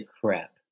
crap